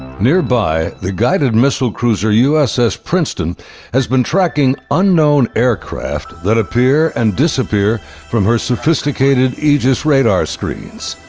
nearby, the guided missile cruiser, uss princeton has been tracking unknown aircraft that appear and disappear from her sophisticated aegis radar screens.